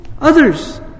Others